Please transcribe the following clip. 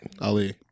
Ali